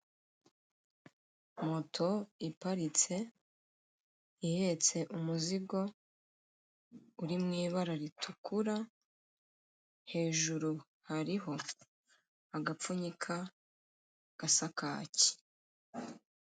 Moto iparitse ihetse umuzigo uri mu ibara ritukura, hejuru hariho agapfunyika gasa kaki.